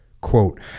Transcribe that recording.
Quote